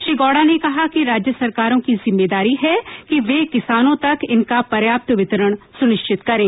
श्री गौडा ने कहा कि राज्य सरकारों की जिम्मेदारी है कि वे किसानों तक इनका प्रर्याप्त वितरण सुनिश्चित करें